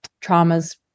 traumas